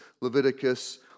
Leviticus